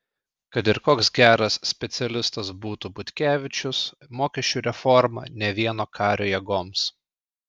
kad ir koks geras specialistas būtų butkevičius mokesčių reforma ne vieno kario jėgoms